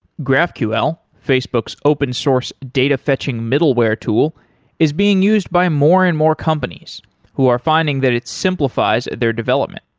graphql, facebook's open source data fetching middleware tool is being used by more and more companies who are finding that it simplifies at their development.